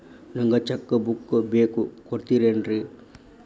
ನಂಗ cheque book ಬೇಕು ಕೊಡ್ತಿರೇನ್ರಿ?